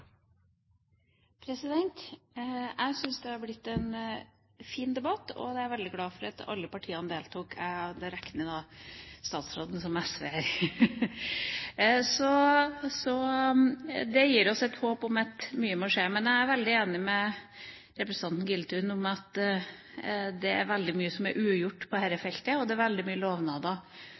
har blitt en fin debatt, og jeg er veldig glad for at alle partiene deltok – jeg regner da statsråden som SV-er. Det gir oss et håp om at mye må skje. Men jeg er veldig enig med representanten Giltun i at det er veldig mye som er ugjort på dette feltet. Det er veldig mange lovnader